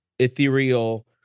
ethereal